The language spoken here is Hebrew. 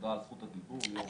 על זכות הדיבור, ליאור